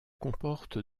comporte